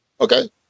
Okay